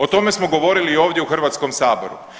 O tome smo govorili ovdje u Hrvatskom saboru.